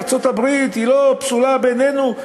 ארצות-הברית לא פסולה בעינינו,